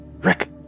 Rick